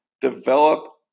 develop